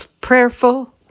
prayerful